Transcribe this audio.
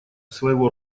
своего